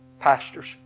pastors